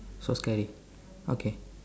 so scary okay